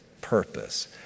purpose